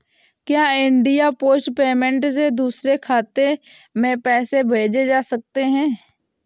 क्या India post payment bank से दूसरे खाते में पैसे भेजे जा सकते हैं?